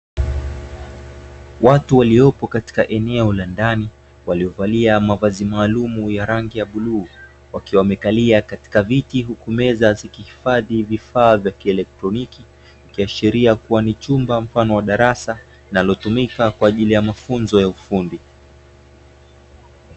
Watu waliopo katika eneo la ndani, waliovalia mavazi ya maalumu ya rangi ya bluu, wakiwa wamekalia katika viti, huku meza zikihifadhi vifaa vya kielektroniki. Ikiashiria kuwa ni chumba mfano wa darasa linalotumika kwa ajili ya mafunzo ya ufundi.